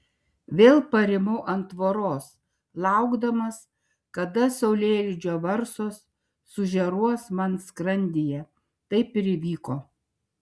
vėl parimau ant tvoros laukdamas kada saulėlydžio varsos sužėruos man skrandyje taip ir įvyko